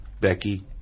Becky